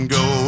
go